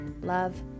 love